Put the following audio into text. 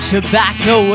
Tobacco